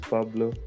Pablo